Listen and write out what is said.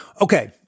Okay